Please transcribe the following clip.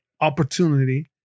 opportunity